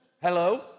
hello